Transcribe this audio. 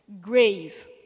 Grave